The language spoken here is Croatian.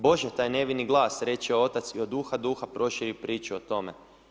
Bože taj nevini glas, reče otac i od uha do uha proširi priču o tome.